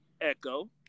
Echo